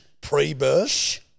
pre-birth